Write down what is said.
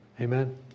Amen